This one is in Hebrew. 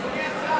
אדוני השר,